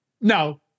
No